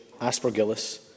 aspergillus